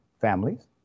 families